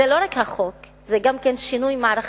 זה לא רק החוק, זה גם שינוי מערכתי.